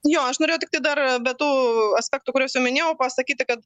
jo aš norėjau tiktai dar be tų aspektų kuriuos jau minėjau pasakyti kad